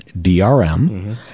drm